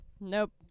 Nope